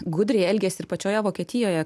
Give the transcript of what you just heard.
gudriai elgėsi ir pačioje vokietijoje